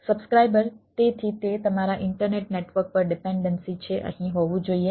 subscriber તેથી તે તમારા ઇન્ટરનેટ નેટવર્ક પર ડિપેન્ડન્સી છે અહીં હોવું જોઈએ